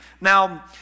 Now